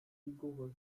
rigoureux